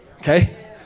Okay